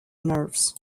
nerves